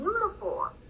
uniform